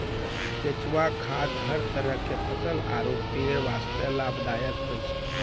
केंचुआ खाद हर तरह के फसल आरो पेड़ वास्तॅ लाभदायक होय छै